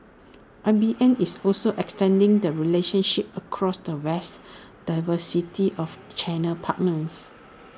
I B M is also extending the relationships across the vast diversity of channel partments